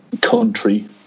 country